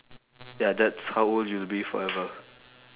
ya that's how old you'll be forever